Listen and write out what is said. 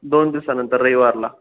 दोन दिवसानंतर रविवारला